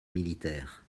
militaires